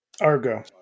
Argo